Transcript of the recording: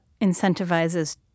incentivizes